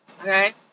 okay